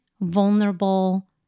vulnerable